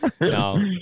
no